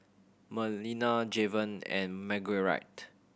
Melina Javen and Marguerite